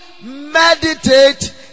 meditate